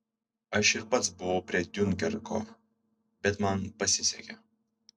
aš ir pats buvau prie diunkerko bet man pasisekė